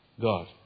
God